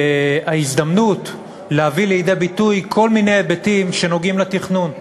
ההזדמנות להביא לידי ביטוי כל מיני היבטים שנוגעים בתכנון: